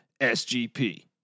SGP